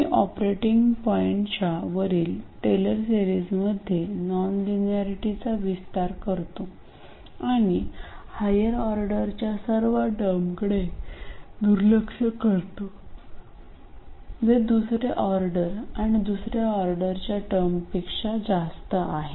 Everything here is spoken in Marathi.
मी ऑपरेटिंग पॉईंटच्या वरील टेलर सेरीजमध्ये नॉनलिनियरेटीचा विस्तार करतो आणि हायर ऑर्डरच्या सर्व टर्मकडे दुर्लक्ष करतो जे दुसरे ऑर्डर आणि दुसर्या ऑर्डरच्या टर्मपेक्षा जास्त आहे